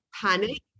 panic